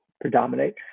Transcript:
predominate